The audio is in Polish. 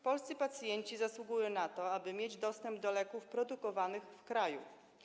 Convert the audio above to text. Polscy pacjenci zasługują na to, aby mieć dostęp do leków produkowanych w kraju.